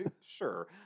Sure